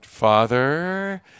Father